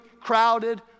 crowded